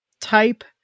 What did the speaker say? type